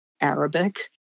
Arabic